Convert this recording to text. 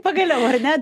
pagaliau ar ne